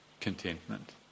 contentment